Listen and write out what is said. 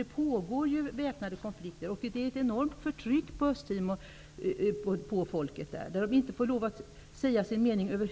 Det pågår väpnade konflikter, och det är ett enormt förtryck av folket på Östtimor. Man får över huvud taget inte lov att säga sin mening.